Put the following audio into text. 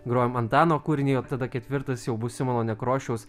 grojam antano kūrinį o tada ketvirtas jau bus simono nekrošiaus